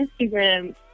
Instagram